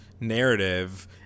Narrative